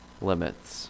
limits